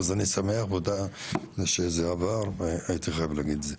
אז אני שמח שזה עבר והייתי חייב להגיד את זה.